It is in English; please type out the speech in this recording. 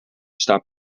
stop